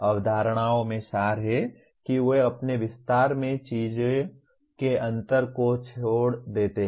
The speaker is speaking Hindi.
अवधारणाओं में सार है कि वे अपने विस्तार में चीजों के अंतर को छोड़ देते हैं